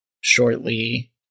shortly